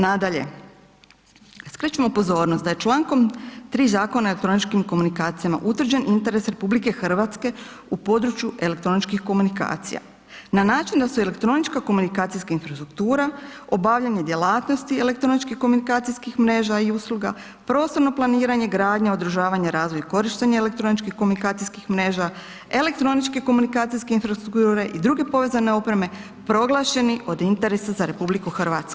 Nadalje, skrećemo pozornost da je člankom 3. Zakona o elektroničkim komunikacijama utvrđen interes Rh u području elektroničkih komunikacija na način da se elektronička komunikacijska infrastruktura, obavljanje djelatnosti elektroničko-komunikacijskih mreža i usluga, prostorno planiranje, gradnja, održavanje, razvoj i korištenje elektroničko-komunikacijskih mreža, elektronička komunikacijske infrastrukture i druge povezane opreme, proglašeni od interesa za RH.